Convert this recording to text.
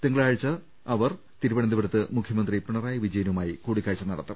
തിങ്കളാഴ്ച സംഘം തിരുവനന്തപുരത്ത് മുഖൃമന്ത്രി പിണറായി വിജയനുമായി കൂടിക്കാഴ്ച നട ത്തും